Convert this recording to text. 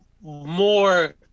more